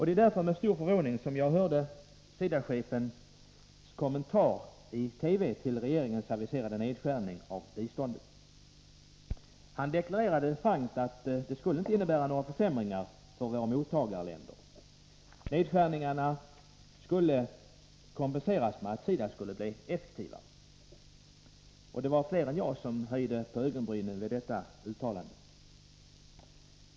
Det var därför med stor förvåning jag hörde SIDA-chefens kommentar i TV till regeringens aviserade nedskärning av biståndet. Han deklarerade frankt att detta inte skulle innebära några försämringar för våra mottagarländer. Nedskärningen skulle kompenseras med att SIDA skulle bli effektivare. Fler än jag höjde ögonbrynen vid detta uttalande.